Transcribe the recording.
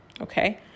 Okay